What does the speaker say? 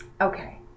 Okay